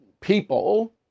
people